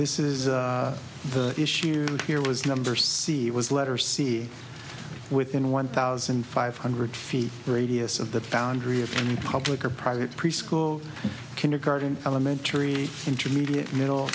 this is the issue here was number c was letter c within one thousand five hundred feet radius of the foundry of any public or private preschool kindergarten elementary intermediate middle